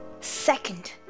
Second